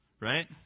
right